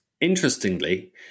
Interestingly